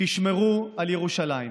תשמרו על ירושלים.